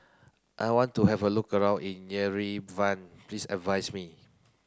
I want to have a look around in Yerevan please advise me